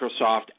microsoft